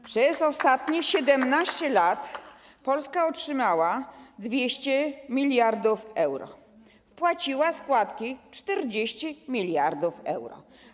Przez ostatnie 17 lat Polska otrzymała 200 mld euro, wpłaciła składki 40 mld euro.